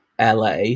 LA